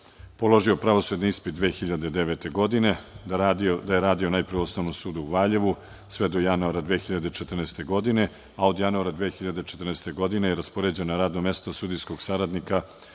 Položio je pravosudni ispit 2009. godine. Radio je prvo u Osnovnom sudu u Valjevu, sve do januara 2014. godine. A od januara 2014. godine je raspoređen na radno mesto sudijskog saradnika